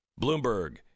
Bloomberg